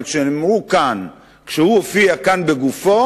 אבל כשהם נאמרו כאן, כשהוא הופיע כאן בגופו,